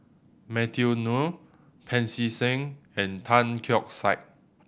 Matthew Ngui Pancy Seng and Tan Keong Saik